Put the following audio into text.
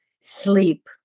Sleep